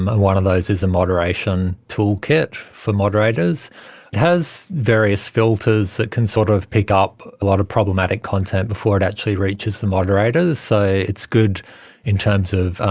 one of those is a moderation toolkit for moderators. it has various filters that can sort of pick up a lot of problematic content before it actually reaches the moderators, so it's good in terms of,